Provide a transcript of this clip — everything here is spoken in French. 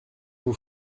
vous